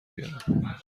بیارم